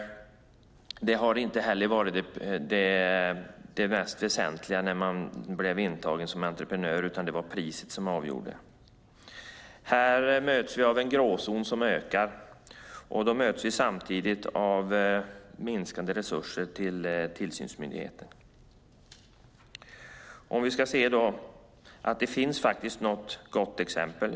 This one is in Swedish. Det har heller inte varit det mest väsentliga när man blev antagen som entreprenör; det var priset som avgjorde. Vi möts av en gråzon som ökar. Samtidigt möts vi av minskade resurser till tillsynsmyndigheten. Det finns faktiskt ett gott exempel.